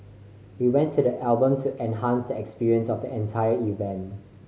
we want the album to enhance the experience of the entire event